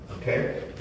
Okay